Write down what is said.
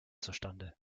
zustande